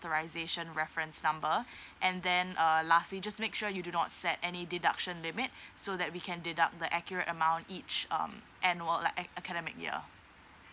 authorisation reference number and then uh lastly just make sure you do not set any deduction limit so that we can deduct the accurate amount each um annual ac~ academic year